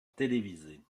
télévisée